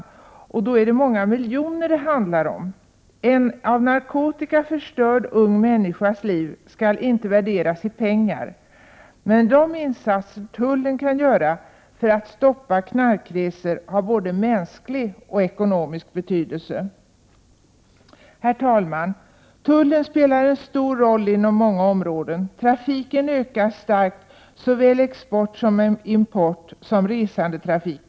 Det handlar då om många miljoner. En ung, av narkotika förstörd, människas liv skall inte värderas i pengar. De insatser tullen kan göra för att stoppa knarkresor har både mänsklig och ekonomisk betydelse. Herr talman! Tullen spelar en stor roll inom många områden. Trafiken ökar starkt, såväl export och import som resandetrafik.